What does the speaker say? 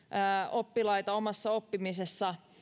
oppilaita omassa oppimisessa